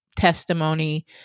Testimony